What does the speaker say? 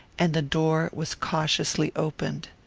and the door was cautiously opened.